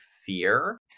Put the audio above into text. fear